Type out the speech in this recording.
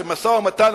שמשא-ומתן,